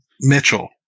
Mitchell